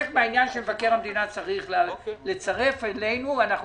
מבקר המדינה צריך לצרף רשימה אלינו ואנחנו